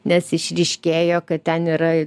nes išryškėjo kad ten yra